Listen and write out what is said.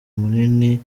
munini